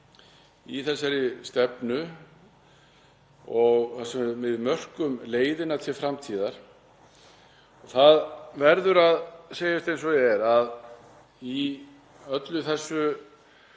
í þessari stefnu þar sem við mörkum leiðina til framtíðar. Það verður að segjast eins og er að í öllu þessu